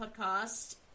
podcast